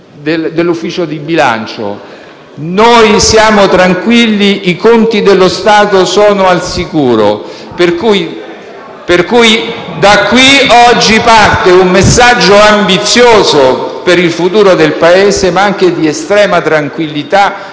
parlamentare di bilancio. Noi siamo tranquilli e i conti dello Stato sono al sicuro. Da qui oggi parte un messaggio ambizioso per il futuro del Paese, ma anche di estrema tranquillità